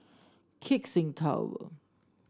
Keck Seng Tower